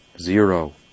zero